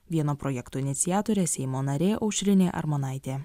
vieno projekto iniciatorė seimo narė aušrinė armonaitė